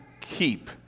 keep